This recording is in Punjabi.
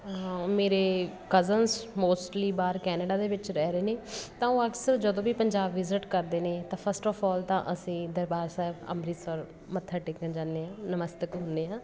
ਮੇਰੇ ਕਜ਼ਨਸ ਮੋਸਟਲੀ ਬਾਹਰ ਕੈਨੇਡਾ ਦੇ ਵਿੱਚ ਰਹਿ ਰਹੇ ਨੇ ਤਾਂ ਉਹ ਅਕਸਰ ਜਦੋਂ ਵੀ ਪੰਜਾਬ ਵਿਜ਼ਿਟ ਕਰਦੇ ਨੇ ਤਾਂ ਫਸਟ ਆੱਫ ਆਲ ਤਾਂ ਅਸੀਂ ਦਰਬਾਰ ਸਾਹਿਬ ਅੰਮ੍ਰਿਤਸਰ ਮੱਥਾ ਟੇਕਣ ਜਾਂਦੇ ਹਾਂ ਨਮਸਤਕ ਹੁੰਦੇ ਹਾਂ